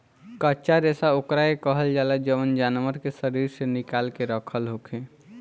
कच्चा रेशा ओकरा के कहल जाला जवन जानवर के शरीर से निकाल के रखल होखे